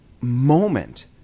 moment